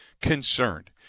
concerned